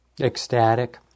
ecstatic